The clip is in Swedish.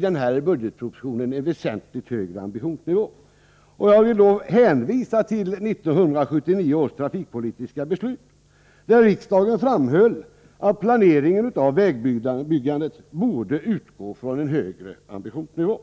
denna budgetproposition en väsentligt högre ambitionsnivå. Jag vill först hänvisa till 1979 års trafikpolitiska beslut, där riksdagen framhöll att planeringen av vägbyggandet borde utgå från en högre ambitionsnivå.